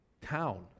town